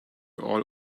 all